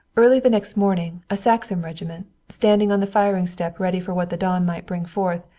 early the next morning a saxon regiment, standing on the firing step ready for what the dawn might bring forth,